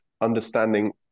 understanding